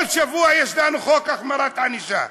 כל שבוע יש לנו חוק החמרת ענישה.